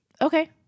Okay